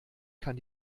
kann